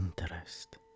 interest